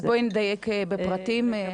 אז בואי נדייק בפרטים.